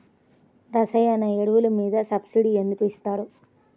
రసాయన ఎరువులు మీద సబ్సిడీ ఎందుకు ఇస్తారు?